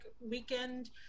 weekend